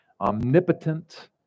Omnipotent